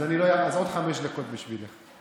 אז עוד חמש דקות בשבילך.